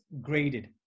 graded